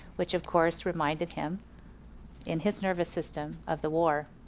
which of course reminded him in his nervous system, of the war.